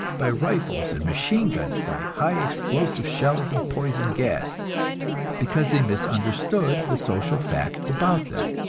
by rifles and machine-guns, by high explosive shells and poison gas because they misunderstood the social facts about them,